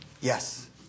Yes